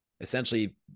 essentially